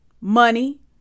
money